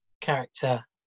character